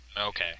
Okay